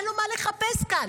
אין לו מה לחפש כאן,